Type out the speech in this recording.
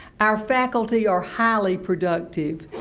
our faculty are highly productive.